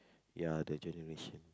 ya the generation